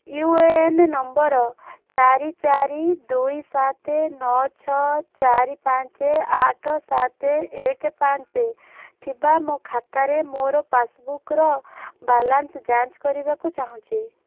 you A N number ଚାରି ଚାରି ଦୁଇ ସାତ ନଅ ଛଅ ଚାରି ପାଞ୍ଚ ଆଠ ସାତ ଏକ ପାଞ୍ଚ ଥିବା ମୋ ଖାତାରେ ମୋର ପାସ୍ବୁକ୍ର ବାଲାନ୍ସ ଯାଞ୍ଚ୍ କରିବାକୁ ଚାହୁଁଛି